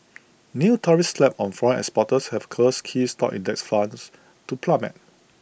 new tariffs slapped on foreign exporters have caused key stock index funds to plummet